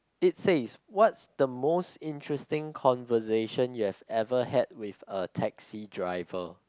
it says what's the most interesting conversation you have ever had with a taxi driver